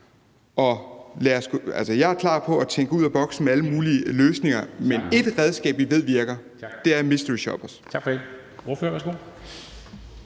Jeg er klar på at tænke ud af boksen i forhold til alle mulige løsninger, men ét redskab, som vi ved virkelig virker, er mysteryshoppers.